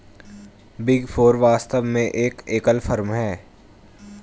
big four वास्तव में एक एकल फर्म है